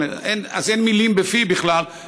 אז אין בכלל מילים בפי להעריך.